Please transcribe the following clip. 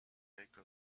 make